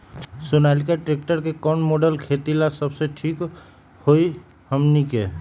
Sonalika tractor के कौन model खेती ला सबसे ठीक होई हमने की?